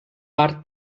part